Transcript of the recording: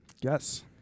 Yes